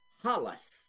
Hollis